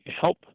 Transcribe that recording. help